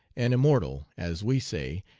an immortal, as we say,